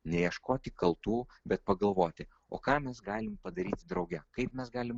neieškoti kaltų bet pagalvoti o ką mes galim padaryti drauge kaip mes galim